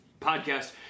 podcast